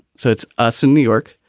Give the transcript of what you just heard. so it's us in new york,